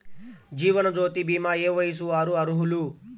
జీవనజ్యోతి భీమా ఏ వయస్సు వారు అర్హులు?